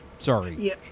Sorry